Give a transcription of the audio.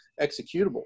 executable